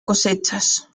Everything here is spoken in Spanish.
cosechas